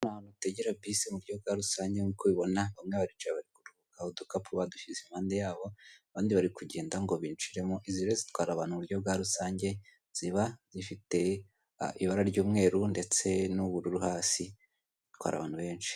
Ahantu bategera bisi mu buryo bwa rusange nk'uko ubibona. Bamwe baricaye, aho udukapu badushyize impande yabo, abandi bari kugenda ngo binjiremo. Izi rero zitwara abantu mu buryo bwa rusange ziba zifite ibara ry'umweru ndetse n'ubururu hasi, zitwara abantu benshi.